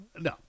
No